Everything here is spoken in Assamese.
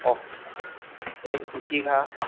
অ এক ইতিহাস